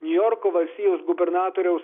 niujorko valstijos gubernatoriaus